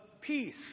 peace